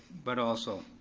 but also,